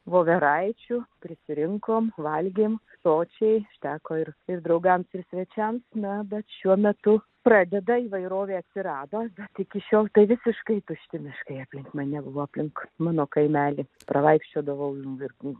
voveraičių prisirinko valgėme sočiai užteko ir ir draugams ir svečiams ne bet šiuo metu pradeda įvairovė atsirado bet iki šiol tai visiškai tušti miškai aplink mane o aplink mano kaimelį pravaikščiodavau nuo vilkų